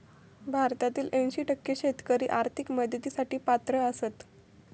भारतातील ऐंशी टक्के शेतकरी आर्थिक मदतीसाठी पात्र आसत